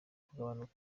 kugabanuka